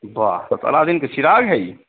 वाह तब तो अलाद्दीन का चिराग़ है यह